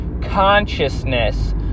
consciousness